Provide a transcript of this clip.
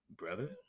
brother